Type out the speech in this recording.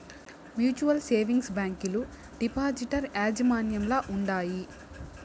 mutual savings బ్యాంకీలు depositor యాజమాన్యంల ఉండాయి